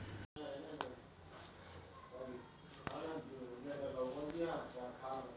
నేను చిన్న వ్యాపారం చేస్తా వచ్చిన పైసల్ని బ్యాంకులో పెట్టుబడి పెడదాం అనుకుంటున్నా దీనికోసం ఏమేం పథకాలు ఉన్నాయ్?